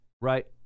right